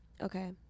Okay